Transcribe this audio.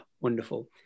wonderful